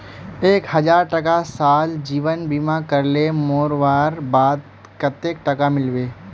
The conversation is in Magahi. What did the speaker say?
एक हजार टका साल जीवन बीमा करले मोरवार बाद कतेक टका मिलबे?